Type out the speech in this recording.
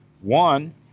One